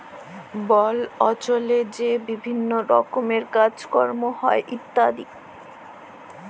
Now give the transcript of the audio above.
বল অল্চলে যে বিভিল্ল্য রকমের কাজ কম হ্যয় ইত্যাদি